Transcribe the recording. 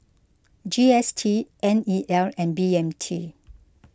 G S T N E L and B M T